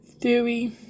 Theory